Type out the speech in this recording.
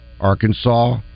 Arkansas